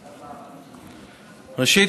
ראשית,